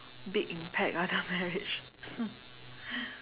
big impact ah the marriage